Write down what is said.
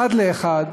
אחת לאחת,